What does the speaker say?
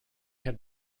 had